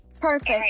Perfect